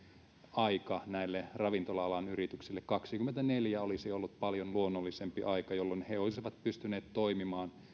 aika näille ravintola alan yrityksille kaksikymmentäneljä olisi ollut paljon luonnollisempi aika jolloin he olisivat pystyneet toimimaan